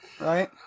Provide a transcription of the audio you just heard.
Right